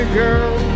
girl